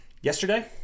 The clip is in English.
yesterday